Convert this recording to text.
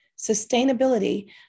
sustainability